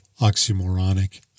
oxymoronic